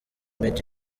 made